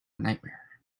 nightmare